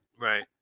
Right